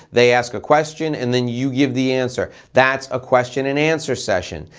they ask a question and then you give the answer. that's a question and answer session.